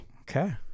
okay